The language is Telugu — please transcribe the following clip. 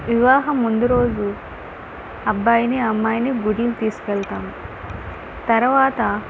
వివాహం ముందు రోజు అబ్బాయిని అమ్మాయిని గుడికి తీసుకెళ్తాం తర్వాత